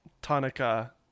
Tanaka